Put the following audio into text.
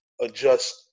adjust –